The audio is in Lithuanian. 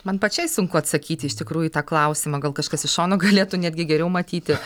man pačiai sunku atsakyti iš tikrųjų į tą klausimą gal kažkas iš šono galėtų netgi geriau matyti